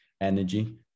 energy